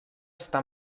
està